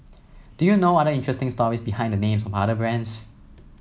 do you know other interesting stories behind the names of other brands